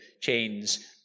chains